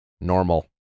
normal